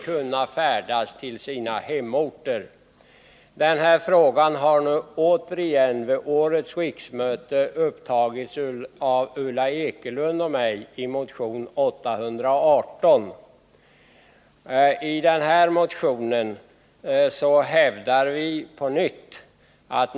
Detta förslag har återigen tagits upp, denna gång i en motion, nr 818, till årets riksmöte av Ulla Ekelund och mig.